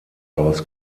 aus